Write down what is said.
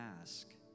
ask